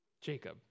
Jacob